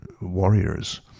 warriors